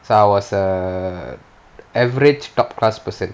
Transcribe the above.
so I was an average top class person